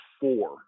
four